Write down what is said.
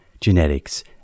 genetics